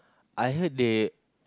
I heard they